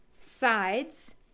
Sides